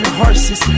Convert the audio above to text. horses